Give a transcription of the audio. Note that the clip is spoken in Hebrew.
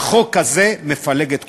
והחוק הזה מפלג את כולם.